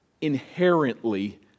inherently